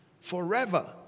forever